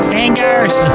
Fingers